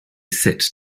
sit